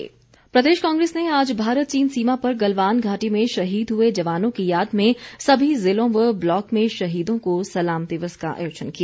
कांग्रेस प्रदेश कांग्रेस ने आज भारत चीन सीमा पर गलवान घाटी में शहीद हुए जवानों की याद में सभी ज़िलों व ब्लॉक में शहीदों को सलाम दिवस का आयोजन किया